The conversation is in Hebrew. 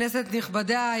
כנסת נכבדה,